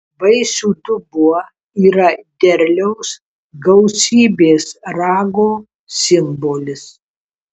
vaisių dubuo yra derliaus gausybės rago simbolis